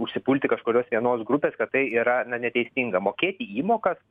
užsipulti kažkurios vienos grupės kad tai yra na neteisinga mokėti įmokas